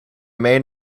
may